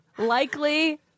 Likely